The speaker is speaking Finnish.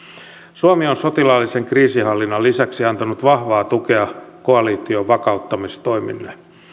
suomi on sotilaallisen kriisinhallinnan lisäksi antanut vahvaa tukea koalition vakauttamistoimille